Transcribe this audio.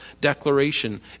declaration